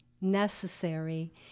necessary